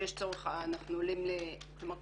וכשיש צורך אנחנו עולים ל- -- כלומר,